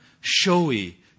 showy